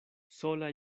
sola